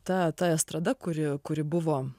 ta ta estrada kuri kuri buvo